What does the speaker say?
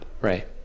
Right